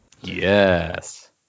yes